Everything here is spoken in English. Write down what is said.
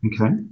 Okay